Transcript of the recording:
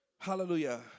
hallelujah